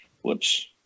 whoops